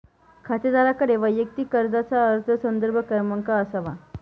खातेदाराकडे वैयक्तिक कर्जाचा अर्ज संदर्भ क्रमांक असावा